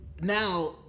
now